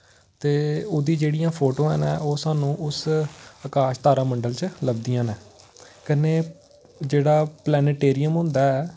ते ओह्दी जेह्ड़ियां फोटुआं न ओह् सानूं उस अकाश तारामंडल च लभदियां न कन्नै जेह्ड़ा प्लेनेटेरियम होंदा ऐ